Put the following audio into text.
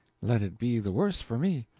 let it be the worse for me.